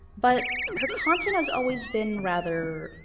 but, her content has always been rather.